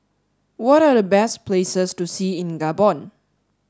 what are the best places to see in Gabon